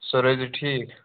سُہ روزِ ٹھیٖک